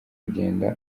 kugenda